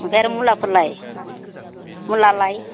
ओमफ्राय आरो मुलाफोरलाय मुला लाइ